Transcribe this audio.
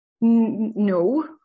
No